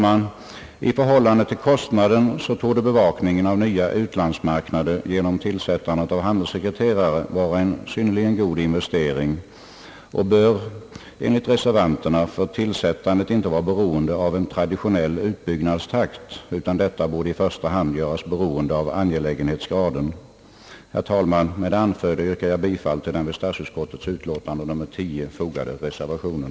I förhållande till kostnaden torde bevakningen av nya utlandsmarknader genom tillsättandet av handelssekreterare vara en synnerligen god investering. Tillsättandet av handelssekreterare bör enligt reservanternas mening inte vara beroende av en traditionell utbyggnadstakt, utan bör i första hand göras beroende av angelägenhetsgraden. Med det anförda yrkar jag, herr talman, bifall till reservationen.